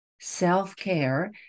Self-care